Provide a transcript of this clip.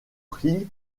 prix